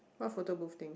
what photo booth thing